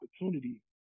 opportunity